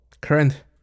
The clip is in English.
current